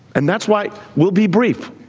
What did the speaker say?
and that's why we'll be brief.